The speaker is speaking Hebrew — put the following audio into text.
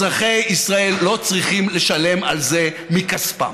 אזרחי ישראל לא צריכים לשלם על זה מכספם.